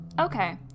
Okay